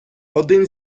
один